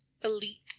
elite